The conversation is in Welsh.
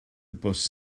bws